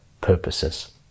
purposes